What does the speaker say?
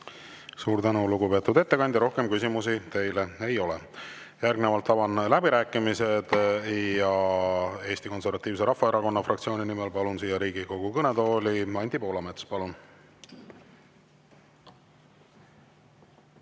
Suur tänu, lugupeetud ettekandja! Rohkem küsimusi teile ei ole. Järgnevalt avan läbirääkimised ja Eesti Konservatiivse Rahvaerakonna fraktsiooni nimel palun siia Riigikogu kõnetooli Anti Poolametsa. Palun!